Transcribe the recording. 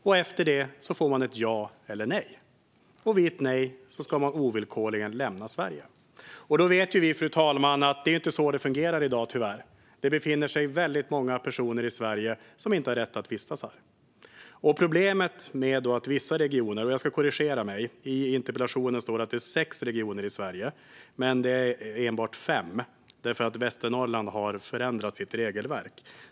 Därefter får man ett ja eller ett nej, och vid ett nej ska man ovillkorligen lämna Sverige. Nu vet vi, fru talman, att det tyvärr inte fungerar så i dag. Väldigt många personer befinner sig i Sverige som inte har rätt att vistas här. Jag ska korrigera mig: I interpellationen står det att det är sex regioner i Sverige som gör så här, men det är enbart fem eftersom Västernorrland har förändrat sitt regelverk.